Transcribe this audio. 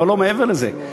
אבל לא מעבר לזה.